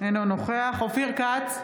אינו נוכח אופיר כץ,